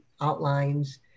outlines